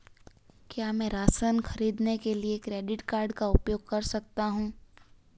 क्या मैं राशन खरीदने के लिए क्रेडिट कार्ड का उपयोग कर सकता हूँ?